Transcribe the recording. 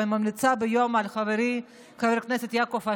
ואני ממליצה על חברי חבר הכנסת יעקב,